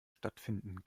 stattfinden